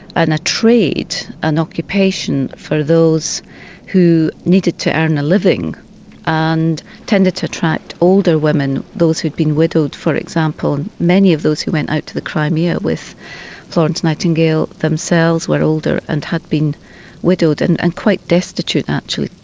a trade, an occupation, for those who needed to earn a living and tended to attract older women, those who'd been widowed, for example. many of those who went out to the crimea with florence nightingale themselves were older and had been widowed, and and quite destitute, actually.